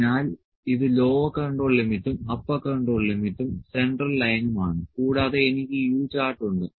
അതിനാൽ ഇത് lower control ലിമിറ്റും അപ്പർ കൺട്രോൾ ലിമിറ്റും സെൻട്രൽ ലൈനും ആണ് കൂടാതെ എനിക്ക് ഈ U ചാർട്ട് ഉണ്ട്